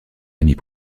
amis